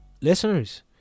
listeners